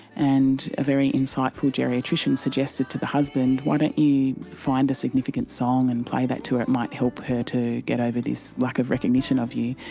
and a very insightful geriatrician suggested to the husband why don't you find a significant song and play that to her, it might help her to get over this lack of recognition of you.